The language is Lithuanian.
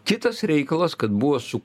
kitas reikalas kad buvo su